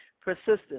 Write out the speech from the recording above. Persistence